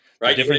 Right